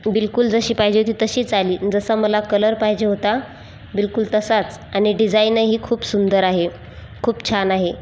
बिलकुल जशी पाहिजे होती तशीच आली जसा मला कलर पाहिजे होता बिलकुल तसाच आणि डिझाईनही खूप सुंदर आहे खूप छान आहे